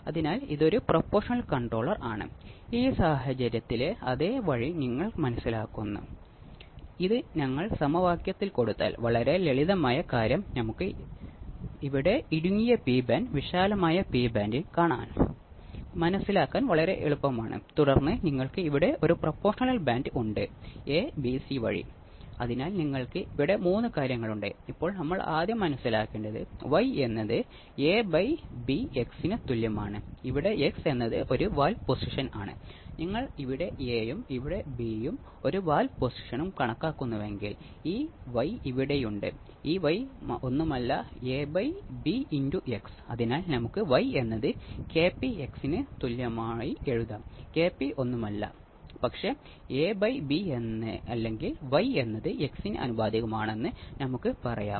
അതിനാൽ ഒരു operational amplifier ഉപയോഗിച്ച് ഒരു ഫേസ് ഷിഫ്റ്റ് ഓസിലേറ്റർ രൂപകൽപ്പന ചെയ്യാൻ ഞാൻ ആഗ്രഹിക്കുന്നുവെങ്കിൽ എങ്ങനെ ഫേസ് ഷിഫ്റ്റ് ഓസിലേറ്റർ രൂപകൽപ്പന ചെയ്യും